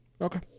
Okay